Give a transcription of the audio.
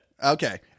Okay